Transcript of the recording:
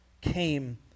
came